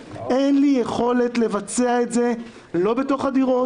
אין לי יכולת לבצע את זה לא בתוך הדירות.